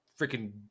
freaking